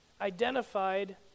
identified